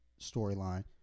storyline